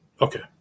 Okay